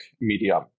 medium